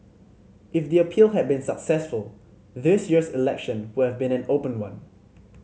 if the appeal had been successful this year's election would have been an open one